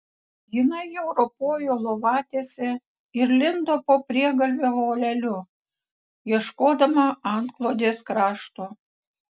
jinai jau ropojo lovatiese ir lindo po priegalvio voleliu ieškodama antklodės krašto